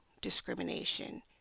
discrimination